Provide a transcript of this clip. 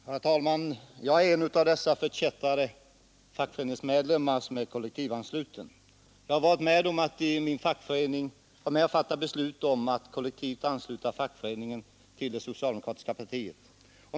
Herr talman! Jag är en av dessa förkättrade fackföreningsmedlemmar som är kollektivanslutna. Jag har varit med om att i min fackförening fatta beslut om att kollektivt ansluta den till det socialdemokratiska partiet.